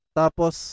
tapos